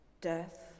Death